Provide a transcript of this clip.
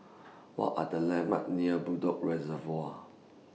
What Are The landmarks near Bedok Reservoir